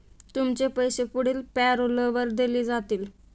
तुमचे पैसे पुढील पॅरोलवर दिले जातील